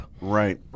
Right